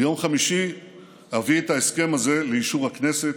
ביום חמישי אביא את ההסכם הזה לאישור הכנסת.